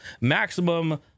Maximum